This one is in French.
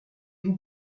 vous